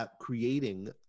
creating